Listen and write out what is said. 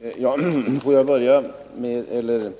Herr talman! Låt mig börja med att